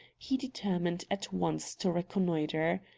he determined at once to reconnoitre.